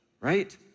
right